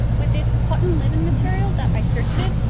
with this cotton linen material that i thrifted,